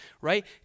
right